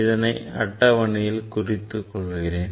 இதனை அட்டவணையில் குறித்துக் கொள்கிறேன்